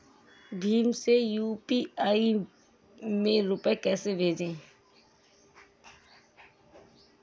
भीम से यू.पी.आई में रूपए कैसे भेजें?